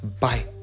Bye